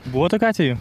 buvo tokių atvejų